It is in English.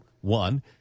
One